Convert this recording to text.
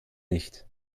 nicht